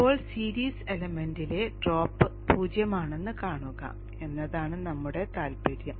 ഇപ്പോൾ സീരീസ് എലമെന്റിലെ ഡ്രോപ്പ് 0 ആണെന്ന് കാണുക എന്നതാണ് നമ്മുടെ താൽപ്പര്യം